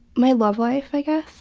my love life i guess.